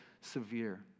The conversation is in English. severe